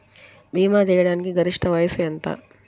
భీమా చేయాటానికి గరిష్ట వయస్సు ఎంత?